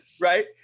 right